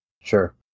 Sure